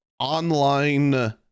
online